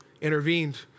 intervened